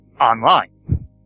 online